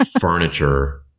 furniture